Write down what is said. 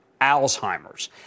Alzheimer's